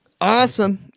Awesome